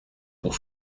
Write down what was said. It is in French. pour